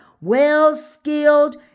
well-skilled